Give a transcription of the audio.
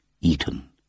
eaten